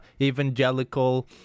evangelical